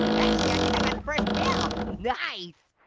actually, i think i got the first kill, nice.